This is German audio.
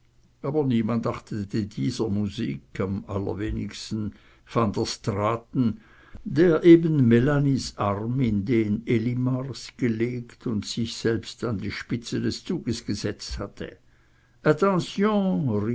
aber niemand achtete dieser musik am wenigsten van der straaten der eben melanies arm in den elimars gelegt und sich selbst an die spitze des zuges gesetzt hatte